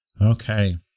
Okay